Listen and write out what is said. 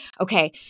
okay